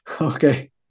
okay